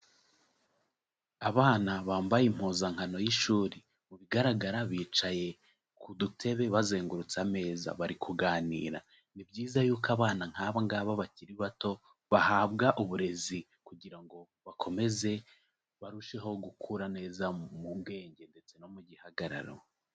Abana bambaye impuzankano y'ishuri, mu bigaragara bicaye ku dutebe bazengurutse ameza bari kuganira, ni byiza yuko abana nk'aba ngaba bakiri bato bahabwa uburezi kugira ngo bakomeze barusheho gukura neza mu bwenge ndetse no mu gihagararo.